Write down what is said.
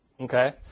Okay